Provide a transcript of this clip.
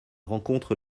rencontre